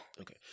Okay